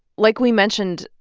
like we mentioned,